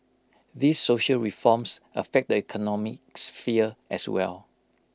these social reforms affect the economic sphere as well